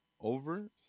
over